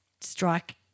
strike –